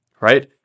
right